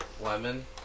lemon